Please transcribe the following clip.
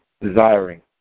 desiring